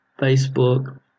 Facebook